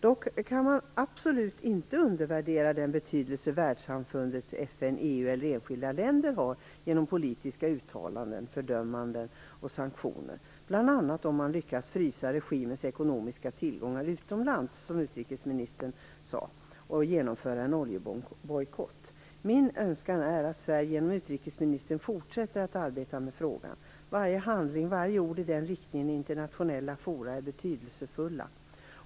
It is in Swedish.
Dock kan man absolut inte undervärdera den betydelse världssamfundet, FN, EU eller enskilda länder har genom politiska uttalanden, fördömanden och sanktioner. Bl.a. har man, som utrikesministern sade, lyckats frysa regimens ekonomiska tillgångar utomlands och genomföra en oljebojkott. Min önskan är att Sverige genom utrikesministern fortsätter att arbeta med frågan. Varje handling, varje ord i den riktningen i internationella forum är betydelsefulla.